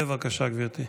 בבקשה, גברתי.